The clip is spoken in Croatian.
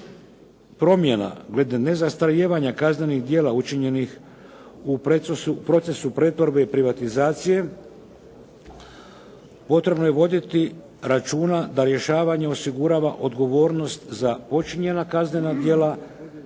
promjena glede nezastarijevanja kaznenih djela učinjenih u procesu pretvorbe i privatizacije potrebno je voditi računa da rješavanje osigurava odgovornost za počinjena kaznena djela